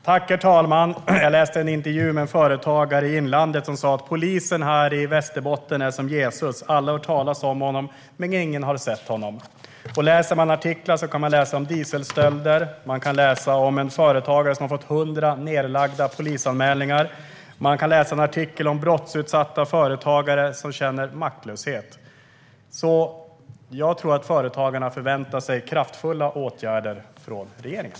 Herr talman! Jag läste en intervju med en företagare i inlandet som sa att polisen i Västerbotten är som Jesus - alla har hört talas om honom, men ingen har sett honom. Man kan i artiklar läsa om dieselstölder och om en företagare som har fått hundra polisanmälningar nedlagda. Man kan läsa en artikel om brottsutsatta företagare som känner maktlöshet. Jag tror att företagarna förväntar sig kraftfulla åtgärder från regeringen.